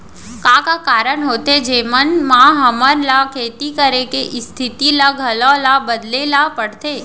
का का कारण होथे जेमन मा हमन ला खेती करे के स्तिथि ला घलो ला बदले ला पड़थे?